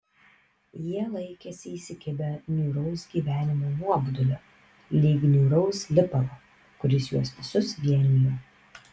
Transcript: jie laikėsi įsikibę niūraus gyvenimo nuobodulio lyg niūraus lipalo kuris juos visus vienijo